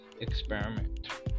experiment